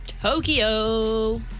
Tokyo